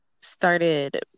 started